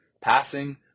passing